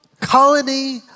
colony